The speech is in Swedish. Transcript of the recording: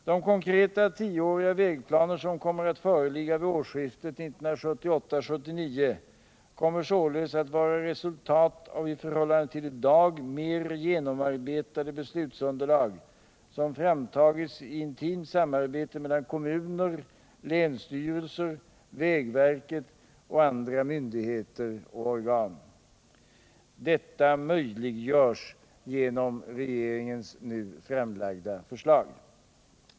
De konkreta tioåriga vägplaner som kommer att föreligga vid årsskiftet 1978-1979, kommer således att vara resultat av i förhållande till i dag mer genomarbetade beslutsunderlag, som framtagits i ett intimt samarbete mellan kommuner, länsstyrelser, vägverket och andra myndigheter och organ. Detta möjliggörs genom regeringens nu framlagda förslag.